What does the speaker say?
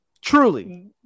Truly